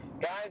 Guys